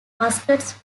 muskets